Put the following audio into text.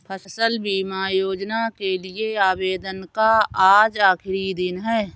फसल बीमा योजना के लिए आवेदन का आज आखरी दिन है